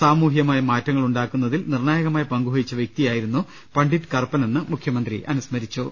സാമൂഹ്യമായ മാറ്റങ്ങൾ ഉണ്ടാ ക്കുന്നതിൽ നിർണ്ണായകമായ പങ്കുവഹിച്ച വൃക്തിയായിരുന്നു പണ്ഡിറ്റ് കറുപ്പനെന്ന് മുഖ്യമന്ത്രി അനുസ്മരിച്ചു